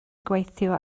gweithio